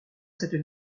cette